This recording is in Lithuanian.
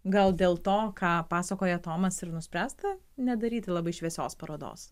gal dėl to ką pasakoja tomas ir nuspręsta nedaryti labai šviesios parodos